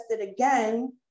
again